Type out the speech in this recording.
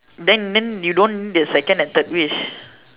then then you don't get a second and third wish